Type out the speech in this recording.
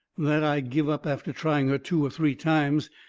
that i give up after trying her two, three times.